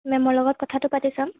মে'মৰ লগত কথাটো পাতি চাম